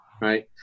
right